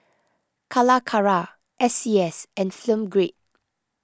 Calacara S C S and Film Grade